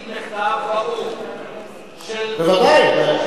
החוץ משה שרת הפקיד מכתב באו"ם, בוודאי.